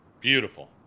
Beautiful